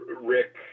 Rick